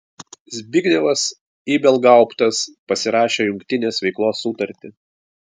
zbignevas ibelgauptas pasirašė jungtinės veiklos sutartį